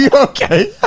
yeah okay,